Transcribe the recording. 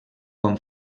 com